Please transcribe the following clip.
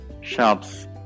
shops